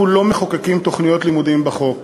אנחנו לא מחוקקים תוכניות לימודים בחוק.